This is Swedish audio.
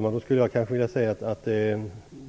Herr talman! Kulturministern säger att